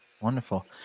Wonderful